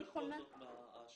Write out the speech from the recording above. מה בכל זאת השוני?